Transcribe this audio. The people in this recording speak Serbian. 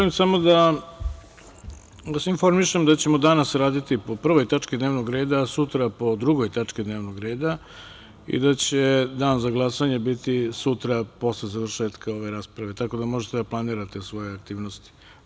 Želim samo da vas informišem da ćemo danas raditi po 1. tački dnevnog reda, a sutra po 2. tački dnevnog reda i da će dan za glasanje biti sutra posle završetka ove rasprave, tako da možete da planirate svoje aktivnosti.